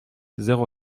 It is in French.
zéro